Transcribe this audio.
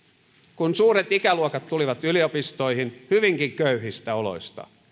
kun suuret ikäluokat tulivat yliopistoihin hyvinkin köyhistä oloista